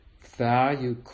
value